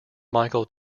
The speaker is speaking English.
michael